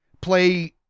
play